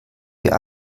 wir